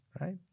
right